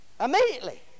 Immediately